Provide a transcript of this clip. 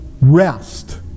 rest